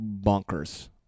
bonkers